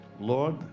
Lord